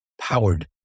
powered